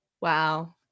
Wow